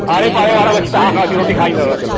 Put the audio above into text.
आड़े पाड़े वारा वठी तव्हांखा अची रोटी खाईंदव